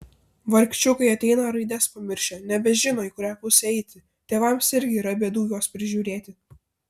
vargšiukai ateina raides pamiršę nebežino į kurią pusę eiti tėvams irgi yra bėdų juos prižiūrėti